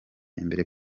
imbere